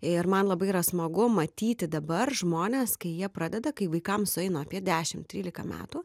ir man labai yra smagu matyti dabar žmones kai jie pradeda kai vaikam sueina apie dešim trylika metų